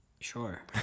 Sure